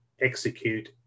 execute